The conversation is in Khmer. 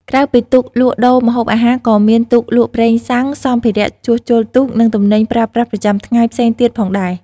ក្រៅពីទូកលក់ដូរម្ហូបអាហារ ក៏មានទូកលក់ប្រេងសាំង សម្ភារៈជួសជុលទូក និងទំនិញប្រើប្រាស់ប្រចាំថ្ងៃផ្សេងទៀតផងដែរ។